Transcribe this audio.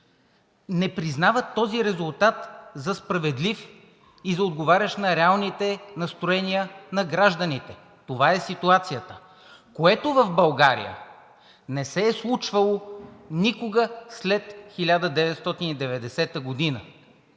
не признават този резултат за справедлив и за отговарящ на реалните настроения на гражданите. Това е ситуацията, която в България не се е случвала никога след 1990 г.